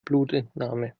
blutentnahme